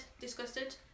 disgusted